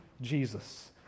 Jesus